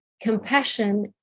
compassion